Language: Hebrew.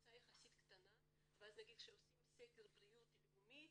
שהקבוצה יחסית קטנה ואז כשעושים סקר בריאות לאומי,